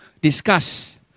discuss